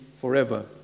forever